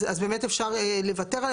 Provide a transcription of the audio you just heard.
אז באמת אפשר לוותר.